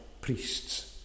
priests